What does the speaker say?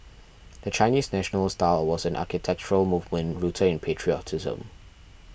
the Chinese National style was an architectural movement rooted in patriotism